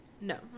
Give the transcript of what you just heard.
no